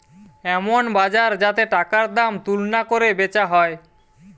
এমন বাজার যাতে টাকার দাম তুলনা কোরে বেচা হয়